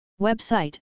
Website